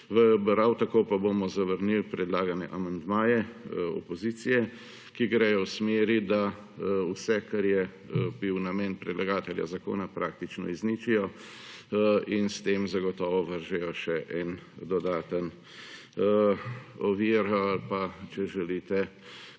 Prav tako pa bomo zavrnili predlagane amandmaje opozicije, ki gredo v smeri, da vse, kar je bil namen predlagatelja zakona praktično izničijo in s tem zagotovo vržejo še eno dodatno oviro ali pa, če želite